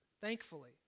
Thankfully